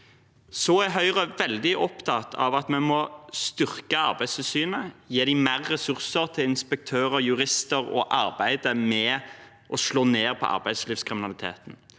Høyre er veldig opptatt av at vi må styrke Arbeidstilsynet, gi dem mer ressurser til inspektører, jurister og arbeidet med å slå ned på arbeidslivskriminaliteten.